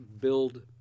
build